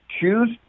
choose